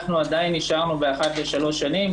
אנחנו עדיין נשארנו באחת לשלוש שנים,